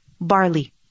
barley